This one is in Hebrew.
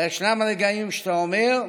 אבל ישנם רגעים שאתה אומר: